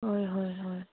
হয় হয় হয়